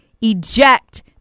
eject